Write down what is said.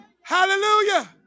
hallelujah